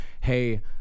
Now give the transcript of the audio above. hey